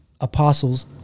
apostles